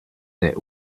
that